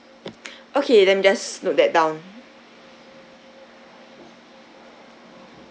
okay let me just note that down